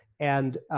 and